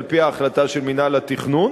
על-פי ההחלטה של מינהל התכנון,